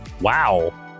Wow